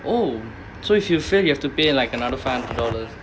oh so if you fail you have to pay like another five dollars